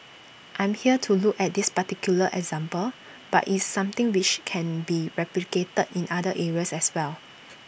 I'm here to look at this particular example but it's something which can be replicated in other areas as well